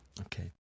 Okay